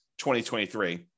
2023